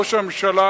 ראש הממשלה,